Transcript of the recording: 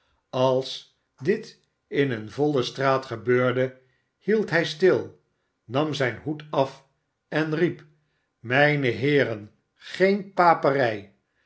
als dit m eene voile straat gebeurde hield hij stil nam zijn hoed af en riep mijne heeren geen paperij